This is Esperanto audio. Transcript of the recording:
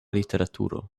literaturo